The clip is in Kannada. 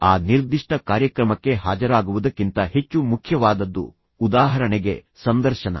ಆ ನಿರ್ದಿಷ್ಟ ಕಾರ್ಯಕ್ರಮಕ್ಕೆ ಹಾಜರಾಗುವುದಕ್ಕಿಂತ ಹೆಚ್ಚು ಮುಖ್ಯವಾದದ್ದು ಉದಾಹರಣೆಗೆ ಸಂದರ್ಶನ